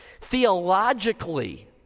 Theologically